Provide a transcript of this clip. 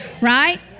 right